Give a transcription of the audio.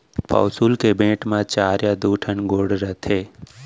पौंसुल के बेंट म चार या दू ठन गोड़ रथे